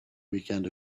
weekend